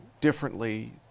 differently